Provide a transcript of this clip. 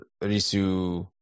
Risu